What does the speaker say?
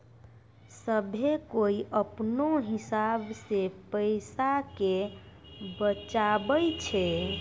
सभ्भे कोय अपनो हिसाब से पैसा के बचाबै छै